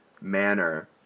manner